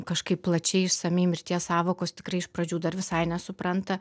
kažkaip plačiai išsamiai mirties sąvokos tikrai iš pradžių dar visai nesupranta